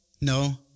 no